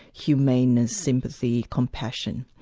humaneness, sympathy, compassion'.